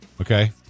Okay